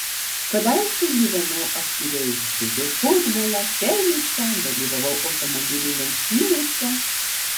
kadaise gyvenau aktyviai žaidžiau futbolą tenisą dalyvaudavau automobilių lenktynėse